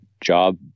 job